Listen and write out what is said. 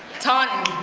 taunton,